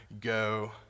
go